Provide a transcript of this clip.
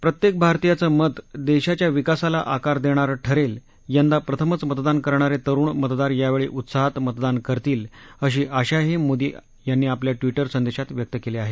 प्रत्येक भारतीयाचं मत देशाच्या विकासाला आकार देणारं ठरेल यंदा प्रथमच मतदान करणारे तरुण मतदार योवळी उत्साहात मतदान करतील अशी आशाही मोदी आपल्या ट्विटर संदेशात व्यक्त् केली आहे